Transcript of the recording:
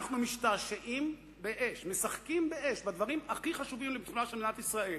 אנחנו משחקים באש בדברים הכי חשובים לביטחונה של מדינת ישראל.